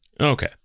Okay